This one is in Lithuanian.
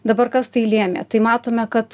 dabar kas tai lėmė tai matome kad